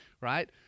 Right